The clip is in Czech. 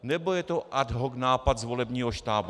Nebo je to ad hoc nápad z volebního štábu?